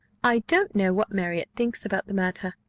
i don't know what marriott thinks about the matter,